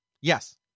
Yes